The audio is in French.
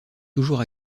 toujours